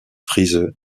frise